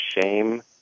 shame